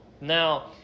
Now